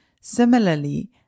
Similarly